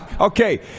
Okay